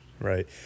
right